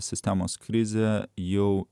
sistemos krizę jau